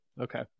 Okay